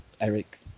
Eric